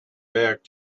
back